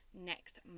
next